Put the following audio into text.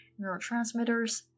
neurotransmitters